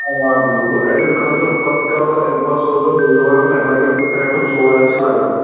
آ آ بِِلکُل ایٚڈِٹ خٲطرٕ پتہٕ کَرٕ بہٕ امہِ پتہ سوزٕ بہٕ رِویوَرَن تَتہِ لَگٮ۪ن ترٛےٚ ٹُو ژور ریٚتھ چھِ لگان